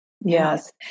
Yes